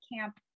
camp